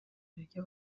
uburyo